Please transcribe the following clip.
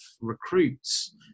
recruits